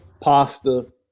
pasta